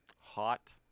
hot